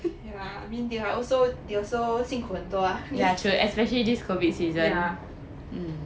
I mean they are also they also 辛苦很多 ah yeah